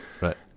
Right